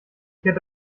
hätte